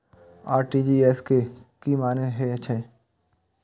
RTGS के की मानें हे छे?